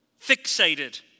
fixated